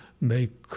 make